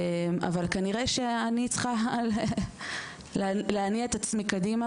אבל כנראה שאני צריכה להניע את עצמי קדימה